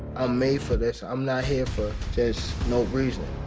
ah made for this. i'm not here for just no reason.